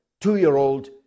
two-year-old